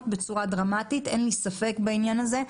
בצורה דרמטית ואין לי ספק בעניין הזה.